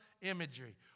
imagery